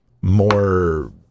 more